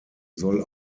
soll